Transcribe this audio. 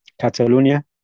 Catalonia